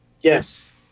Yes